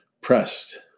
pressed